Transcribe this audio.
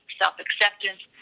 self-acceptance